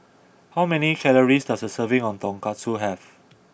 how many calories does a serving of Tonkatsu have